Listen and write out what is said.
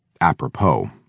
Apropos